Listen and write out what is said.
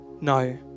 No